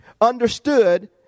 understood